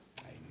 Amen